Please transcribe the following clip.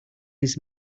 his